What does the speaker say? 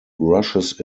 rushes